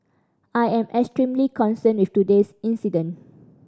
I am extremely concerned with today's incident